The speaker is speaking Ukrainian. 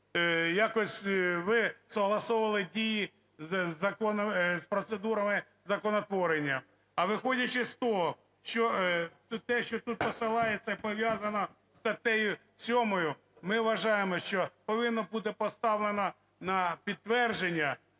якось ви согласовували дії із процедурами законотворення. А виходячи з того, що те, що тут посилається, пов'язане із статтею 7, ми вважаємо, що повинно бути поставлено на підтвердження,